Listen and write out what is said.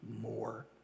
more